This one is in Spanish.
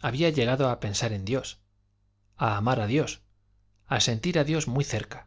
había llegado a pensar en dios a amar a dios a sentir a dios muy cerca